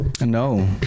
No